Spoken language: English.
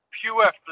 pure